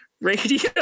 radio